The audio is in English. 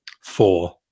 Four